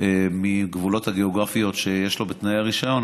מהמגבלות הגיאוגרפיות שיש לו בתנאי הרישיון,